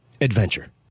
adventure